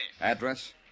Address